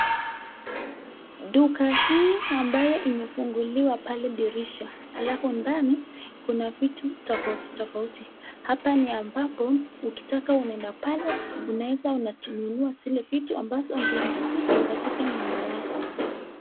Duka hii ambayo imefunguliwa pale dirisha, alafu ndani kuna vitu tofauti tofauti. Hapa ni ambapo ukitaka unaenda pale unaeza unanunua zile vitu ambazo ungeitaji katika nyumba yako.